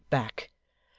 to keep back.